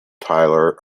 tyler